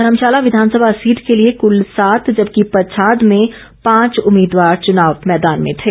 धर्मशाला विधानसभा सीट के लिए कुल सात जबकि पच्छाद में पांच उम्मीदवार चुनाव मैदान में थे